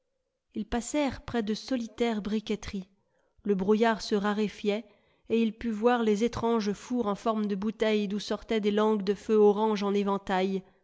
ils passèrent près de solitaires briqueteries le brouillard se raréfiait et il put voir les étranges fours en forme de bouteille d'où sortaient des langues de feu orange en éventail